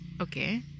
Okay